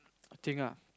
thing ah